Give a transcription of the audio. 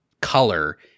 color